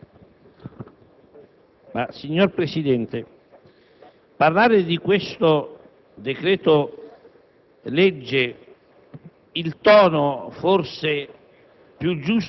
Signor Presidente, per parlare di questo decreto-legge